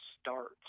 starts